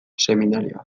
seminarioa